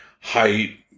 height